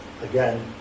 Again